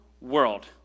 world